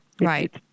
Right